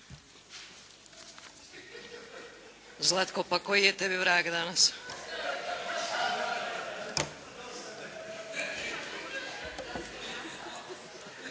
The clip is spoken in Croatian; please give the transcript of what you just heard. Zlatko pa koji je tebi vrag danas?